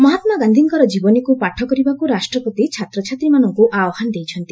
ମହାତ୍ମାଗାନ୍ଧିଙ୍କର ଜୀବନୀକୁ ପାଠ କରିବାକୁ ରାଷ୍ଟ୍ରପତି ଛାତ୍ରଛାତ୍ରୀମାନଙ୍କୁ ଆହ୍ୱାନ ଦେଇଛନ୍ତି